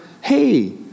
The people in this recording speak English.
hey